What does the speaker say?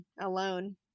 alone